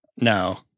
No